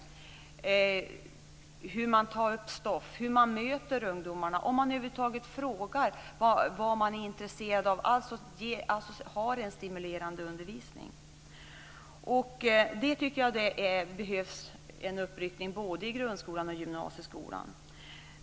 Det handlar om hur man tar upp stoff och hur man möter ungdomarna - om man över huvud taget frågar vad de är intresserade av. Det handlar alltså om att ha en stimulerande undervisning. Där behövs det en uppryckning, både i grundskolan och i gymnasieskolan.